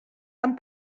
amb